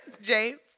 James